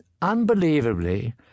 Unbelievably